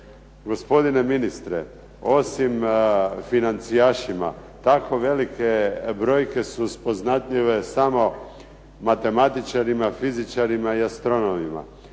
Gospodine ministre, osim financijašima, tako velike brojke su spoznatljive samo matematičarima, fizičarima i astronomima.